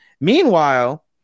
meanwhile